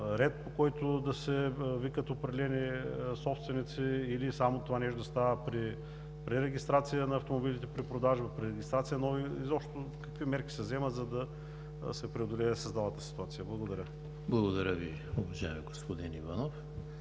ред, по който да се викат определени собственици или само това нещо да става при пререгистрация на автомобилите при продажба, при регистрация на нови и изобщо какви мерки се вземат, за да се преодолее създалата се ситуация? Благодаря. ПРЕДСЕДАТЕЛ ЕМИЛ ХРИСТОВ: Благодаря Ви, уважаеми господин Иванов.